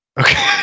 Okay